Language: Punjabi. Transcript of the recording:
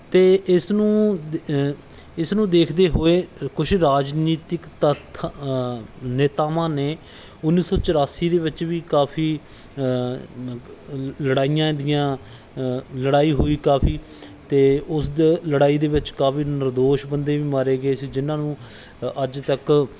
ਅਤੇ ਇਸ ਨੂੰ ਇਸ ਨੂੰ ਦੇਖਦੇ ਹੋਏ ਕੁਛ ਰਾਜਨੀਤਿਕ ਤੱਥਾਂ ਨੇਤਾਵਾਂ ਨੇ ਉੱਨੀ ਸੌ ਚੁਰਾਸੀ ਦੇ ਵਿੱਚ ਵੀ ਕਾਫ਼ੀ ਲੜਾਈਆਂ ਦੀਆਂ ਲੜਾਈ ਹੋਈ ਕਾਫ਼ੀ ਅਤੇ ਉਸ ਦ ਲੜਾਈ ਦੇ ਵਿੱਚ ਕਾਫ਼ੀ ਨਿਰਦੋਸ਼ ਬੰਦੇ ਵੀ ਮਾਰੇ ਗਏ ਸੀ ਜਿਨ੍ਹਾਂ ਨੂੰ ਅੱਜ ਤੱਕ